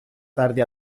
tarde